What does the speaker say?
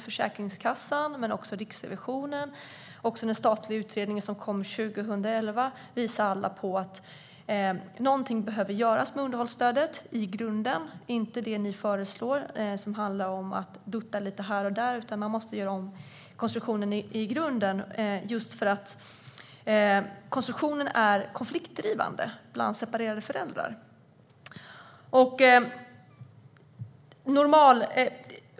Försäkringskassan, Riksrevisionen och den statliga utredningen från 2011 visar alla på att något behöver göras med underhållsstödet - inte det ni föreslår, att dutta lite här och där, utan konstruktionen måste göras om i grunden för att den är konfliktdrivande för separerade föräldrar.